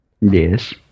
Yes